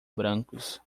brancos